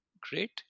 Great